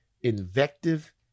invective